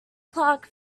clark